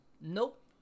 Nope